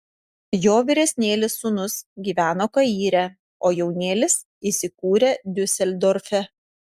jo vyresnėlis sūnus gyveno kaire o jaunėlis įsikūrė diuseldorfe